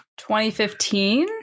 2015